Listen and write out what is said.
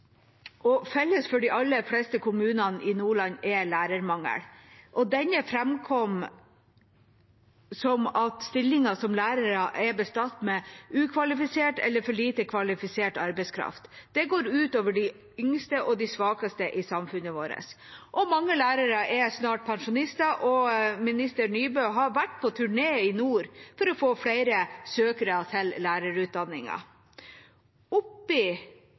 Felles for de aller fleste kommunene i Nordland er lærermangel. Dette framkommer ved at stillinger som lærere er besatt med ukvalifisert eller for lite kvalifisert arbeidskraft. Det går ut over de yngste og de svakeste i samfunnet vårt. Mange lærere er snart pensjonister, og minister Nybø har vært på turné i nord for å få flere søkere til lærerutdanningen. Oppi